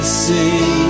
see